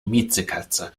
miezekatze